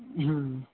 ہوں